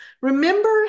Remember